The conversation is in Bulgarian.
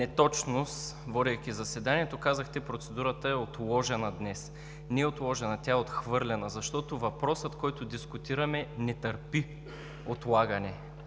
неточност, водейки заседанието, казахте, че процедурата е отложена днес. Не е отложена, тя е отхвърлена. Защото въпросът, който дискутираме, не търпи отлагане.